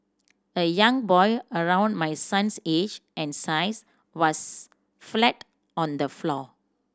a young boy around my son's age and size was flat on the floor